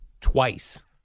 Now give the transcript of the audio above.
twice